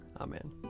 Amen